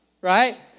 right